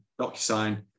DocuSign